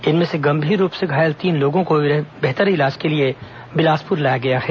इनमें से गंभीर रूप से घायल तीन लोगों को बेहतर इलाज के लिए बिलासपुर लाया गया है